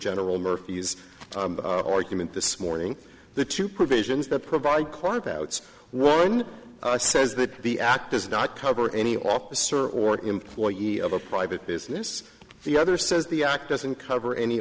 general murphy's argument this morning the two provisions that provide carve outs one says that the act does not cover any officer or employee of a private business the other says the act doesn't cover any